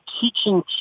teaching